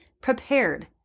prepared